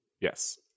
Yes